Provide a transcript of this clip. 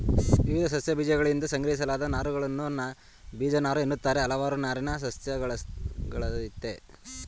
ವಿವಿಧ ಸಸ್ಯಗಳಬೀಜಗಳಿಂದ ಸಂಗ್ರಹಿಸಲಾದ ನಾರುಗಳನ್ನು ಬೀಜನಾರುಎನ್ನುತ್ತಾರೆ ಹಲವಾರು ನಾರಿನ ಸಸ್ಯಗಳಯ್ತೆ